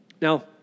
Now